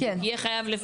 כן, יהיה חייב.